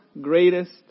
greatest